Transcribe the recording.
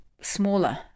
smaller